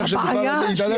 איך שבכלל אמורים להשתלב שם.